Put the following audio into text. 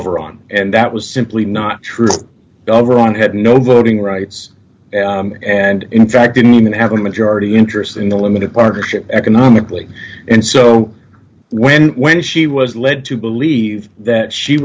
aver on and that was simply not true ron had no voting rights and in fact didn't have a majority interest in the limited partnership economically and so when when she was led to believe that she